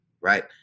right